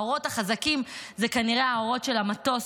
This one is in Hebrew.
האורות החזקים זה כנראה האורות של המטוס,